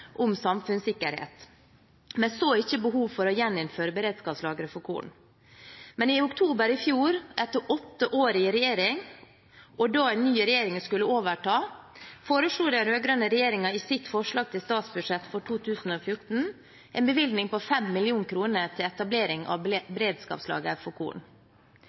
om Samfunnssikkerhet, men så ikke behov for å gjeninnføre beredskapslagre for korn. Men i oktober i fjor, etter åtte år i regjering og da en ny regjering skulle overta, foreslo den rød-grønne regjeringen i sitt forslag til statsbudsjett for 2014 en bevilgning på 5 mill. kr til etablering av beredskapslager for korn.